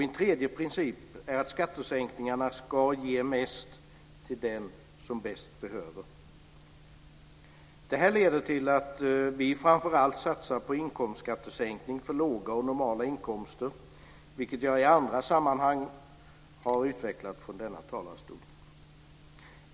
En tredje princip är att skattesänkningarna ska ge mest till den som bäst behöver. Detta leder till att vi framför allt satsar på en inkomstskattesänkning för låga och normala inkomster, vilket jag i andra sammanhang har utvecklat här i denna talarstol.